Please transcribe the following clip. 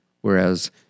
Whereas